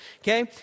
Okay